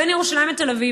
בין ירושלים לתל אביב,